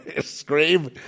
scream